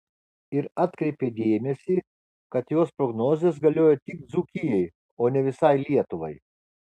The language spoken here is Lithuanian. ir atkreipė dėmesį kad jos prognozės galioja tik dzūkijai o ne visai lietuvai